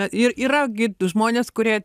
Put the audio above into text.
ir yra gi žmonės kurie